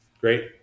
Great